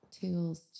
tools